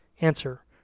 Answer